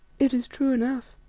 it is true enough,